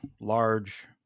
large